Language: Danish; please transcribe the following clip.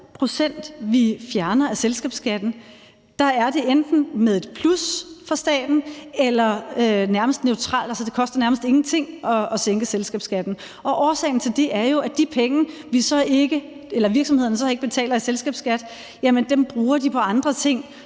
procenter, vi fjerner af selskabsskatten, er det enten med et plus for staten, eller også er det nærmest neutralt. Det koster nærmest ingenting at sænke selskabsskatten. Og årsagen til det er jo, at de penge, virksomhederne så ikke betaler i selskabsskat, bruger de på andre ting,